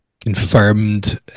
confirmed